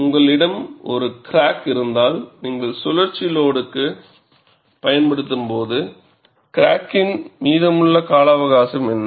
உங்களிடம் ஒரு கிராக் இருந்தால் நீங்கள் சுழற்சி லோடுக்கு பயன்படுத்தும்போது கிராக்கின் மீதமுள்ள கால அவகாசம் என்ன